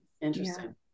Interesting